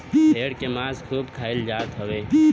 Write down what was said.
भेड़ के मांस खूब खाईल जात हव